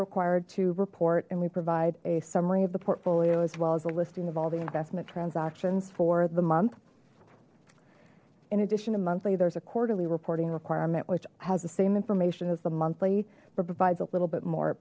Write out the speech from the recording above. required to report and we provide a summary of the portfolio as well as a listing of all the investment transactions for the month in addition to monthly there's a quarterly reporting requirement which has the same information as the monthly but provides a little bit more it